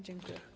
Dziękuję.